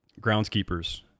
groundskeepers